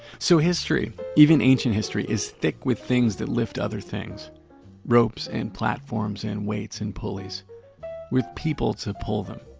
so history, even ancient history is thick with things that lift other things ropes and platforms and weights and pulleys with people to pull them.